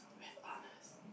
with honors